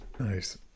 Nice